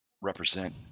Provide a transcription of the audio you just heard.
Represent